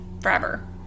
forever